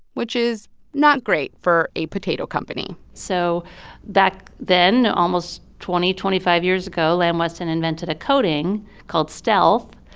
which is not great for a potato company so back then almost twenty, twenty five years ago lamb weston invented a coating called stealth,